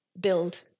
build